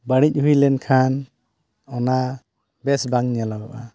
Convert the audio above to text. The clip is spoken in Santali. ᱵᱟᱹᱲᱤᱡ ᱦᱩᱭ ᱞᱮᱱᱠᱷᱟᱱ ᱚᱱᱟ ᱵᱮᱥ ᱵᱟᱝ ᱧᱮᱞᱚᱜᱚᱜᱼᱟ